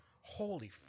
Holy